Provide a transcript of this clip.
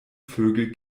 vögel